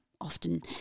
Often